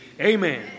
amen